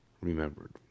remembered